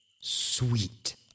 sweet